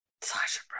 Sasha